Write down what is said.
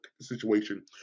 situation